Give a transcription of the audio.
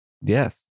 Yes